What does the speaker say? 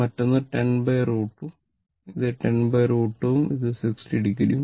മറ്റൊന്ന് 10 √ 2 ഇത് 10 √ 2 ഉം ഇത് 60 o ഉം